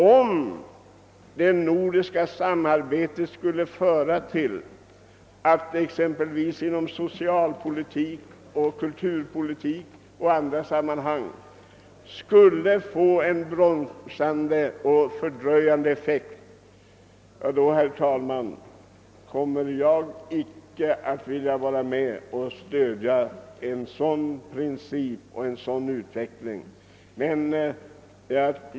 Om det nordiska samarbetet skulle bidra till att bromsa och fördröja reformverksamheten exempelvis inom socialpolitik och kulturpolitik, då vill jag inte stödja en sådan utveckling, herr talman.